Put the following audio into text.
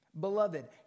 Beloved